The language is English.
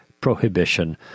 prohibition